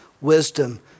wisdom